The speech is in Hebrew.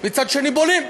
ומצד שני בונים.